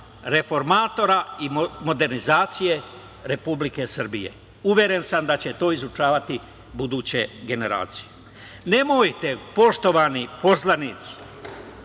reformatora i modernizacije Republike Srbije. Uveren sam da će to izučavati buduće generacije. Nemojte poštovani poslanici,